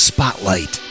Spotlight